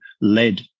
led